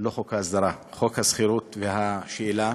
לא חוק ההסדרה, חוק השכירות והשאילה.